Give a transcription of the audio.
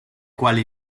quali